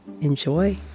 enjoy